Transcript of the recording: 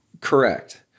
Correct